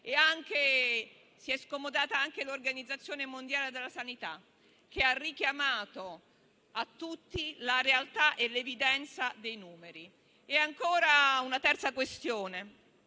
Si è scomodata anche l'Organizzazione mondiale della sanità, che ha richiamato tutti alla realtà e all'evidenza dei numeri. Altra questione,